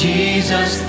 Jesus